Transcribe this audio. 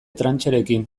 trancherekin